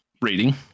Rating